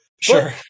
Sure